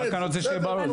אני רק רוצה שיהיה ברור.